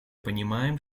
понимаем